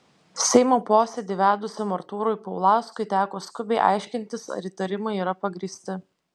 seimo posėdį vedusiam artūrui paulauskui teko skubiai aiškintis ar įtarimai yra pagrįsti